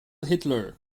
hitler